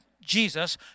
Jesus